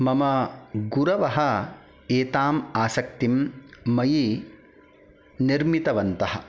मम गुरवः एतां आसक्तिं मयि निर्मितवन्तः